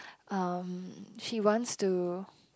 um she wants to